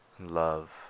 Love